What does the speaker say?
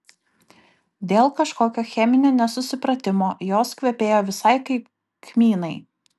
dėl kažkokio cheminio nesusipratimo jos kvepėjo visai kaip kmynai